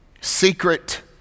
secret